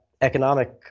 economic